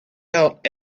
out